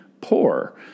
poor